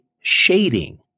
shading